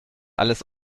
alles